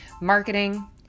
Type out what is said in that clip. marketing